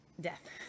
death